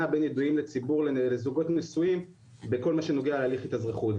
בין ידועים בציבור לזוגות נשואים בכל מה שנוגע להליך התאזרחות,